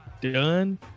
done